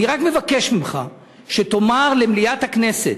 אני רק מבקש ממך שתאמר למליאת הכנסת,